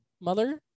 Mother